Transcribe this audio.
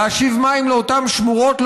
להשיב מים לאותן שמורות,